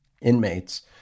inmates